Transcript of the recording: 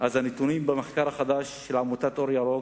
אז הנתונים במחקר החדש של עמותת "אור ירוק"